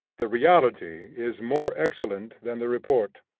the reality is more excellent than the report.